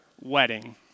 wedding